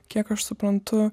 kiek aš suprantu